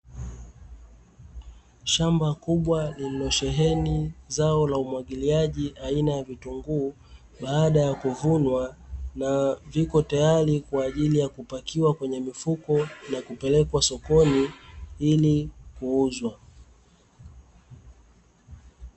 Shamba kubwa lililosheheni zao la umwagiliaji aina ya vitunguu baada ya kuvunwa, na viko tayari kwa ajili ya kupakiwa kwenye mifuko na kupelekwa sokoni ili kuuzwa.